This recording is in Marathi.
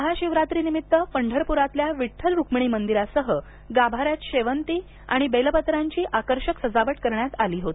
महाशिवरात्रीनिमित्त पंढरपूरातल्या विड्डल रुक्मिणी मंदिरासह गाभाऱ्यात शेवंती आणि बेलपत्रांची आकर्षक सजावट करण्यात आली होती